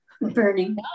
burning